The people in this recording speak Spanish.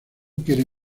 quieren